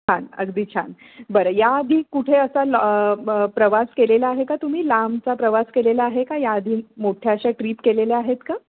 छान अगदी छान बरं याआधी कुठे असा ल ब प्रवास केलेला आहे का तुम्ही लांबचा प्रवास केलेला आहे का याआधी मोठ्या अशा ट्रीप केलेल्या आहेत का